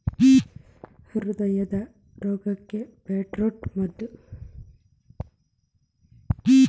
ಹೃದಯದ ರೋಗಕ್ಕ ಬೇಟ್ರೂಟ ಮದ್ದ